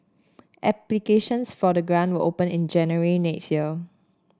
applications for the grant will open in January next year